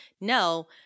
no